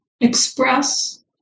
express